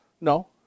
No